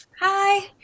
Hi